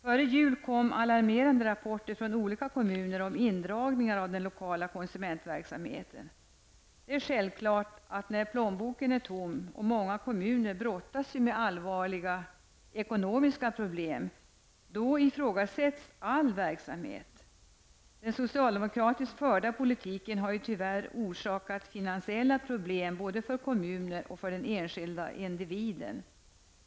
Före jul kom alarmerande rapporter från olika kommuner om indragningar av den lokala konsumentverksamheten. Det är självklart att när plånboken är tom -- och många kommuner brottas ju med allvarliga ekonomiska problem -- ifrågasätts all verksamhet. Den socialdemokratiskt förda politiken har ju tyvärr orsakat finansiella problem både för kommuner och för den enskilda individen.